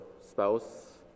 spouse